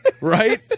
Right